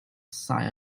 sigh